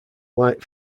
light